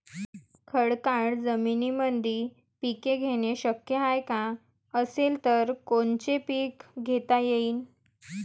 खडकाळ जमीनीमंदी पिके घेणे शक्य हाये का? असेल तर कोनचे पीक घेता येईन?